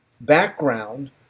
background